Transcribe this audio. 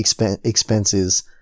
expenses